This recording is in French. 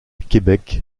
québec